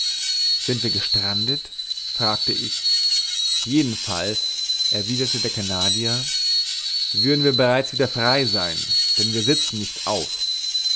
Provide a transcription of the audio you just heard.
sind wir gestrandet fragte ich jedenfalls erwiderte der canadier würden wir bereits wieder frei sein denn wir sitzen nicht auf